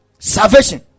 salvation